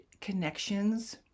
connections